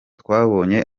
twabonye